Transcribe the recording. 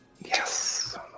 Yes